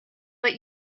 but